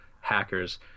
hackers